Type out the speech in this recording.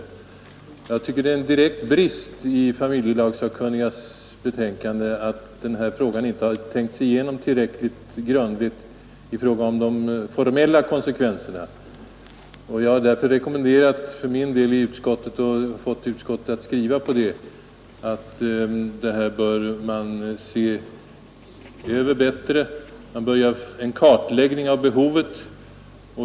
Jag tycker att det är en direkt brist i familjelagssakkunnigas betänkande att denna fråga inte tänkts igenom tillräckligt grundligt vad gäller de formella konsekvenserna. Jag har därför för min del i utskottet rekommenderat — och fått in ett uttalande i denna riktning i utskottets betänkande — att saken tas upp till förnyad prövning.